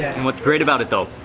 and what's great about it though,